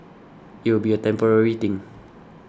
it will be a temporary thing